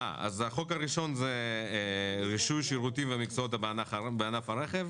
הצעת החוק הראשונה היא רישוי שירותים ומקצועות בענף הרכב,